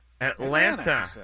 Atlanta